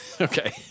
Okay